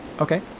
Okay